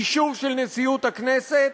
אישור של נשיאות הכנסת.